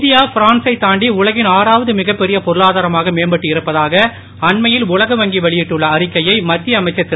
India பிரான்சைத் தாண்டி உலகின் பொருளாதாரமாக மேம்பட்டு இருப்பதாக அண்மையில் உலக வங்கி வெளியிட்டுள்ள அறிக்கையை மத்திய அமைச்சர் திரு